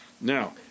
Now